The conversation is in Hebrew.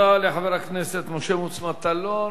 תודה לחבר הכנסת משה מוץ מטלון.